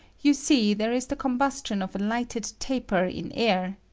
you see there is the combustion of a lighted taper in air,